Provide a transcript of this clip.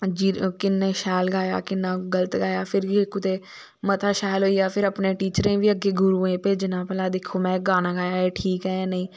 किन्ना शैल गाया किन्ना गल्त गाया फिर के कुते मता शैल होईया फिर अपने टीचरें बी अग्गें गुरुएं भेजना भला दिक्खो नें गाना गाया ठीक ऐ जां नेईं